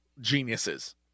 geniuses